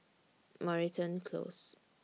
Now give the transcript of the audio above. Moreton Close